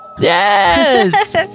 Yes